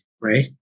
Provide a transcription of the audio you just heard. right